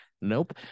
Nope